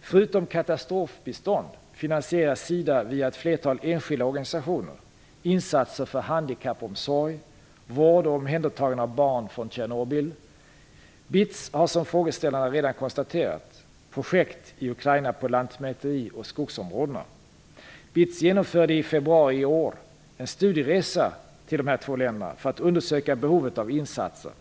Förutom katastrofbistånd finansierar SIDA via ett flertal enskilda organisationer insatser för handikappomsorg, vård och omhändertagande av barn från Tjernobyl. BITS har som frågeställarna redan konstaterat projekt i Ukraina på lantmäteri och skogsområdena. BITS genomförde i februari i år en studieresa till Ukraina och Vitryssland för att undersöka behovet av insatser.